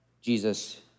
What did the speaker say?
Jesus